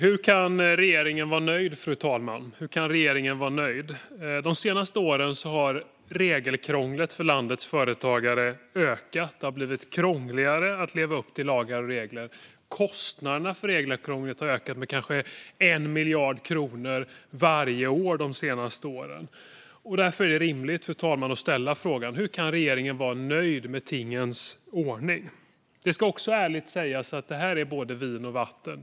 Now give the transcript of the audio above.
Fru talman! Hur kan regeringen vara nöjd? De senaste åren har regelkrånglet för landets företagare ökat. Det har blivit krångligare att leva upp till lagar och regler. Kostnaderna för regelkrånglet har ökat med kanske 1 miljard kronor varje år de senaste åren. Därför är det rimligt att ställa frågan: Hur kan regeringen vara nöjd med tingens ordning? Det ska ärligt sägas att detta är både vin och vatten.